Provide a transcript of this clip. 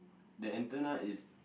the antenna is